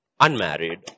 unmarried